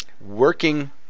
working